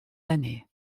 années